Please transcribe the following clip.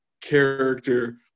character